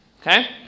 Okay